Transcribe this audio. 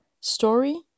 story